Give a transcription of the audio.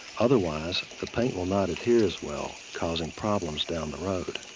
otherwise, the paint will not adhere as well causing problems down the road.